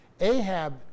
Ahab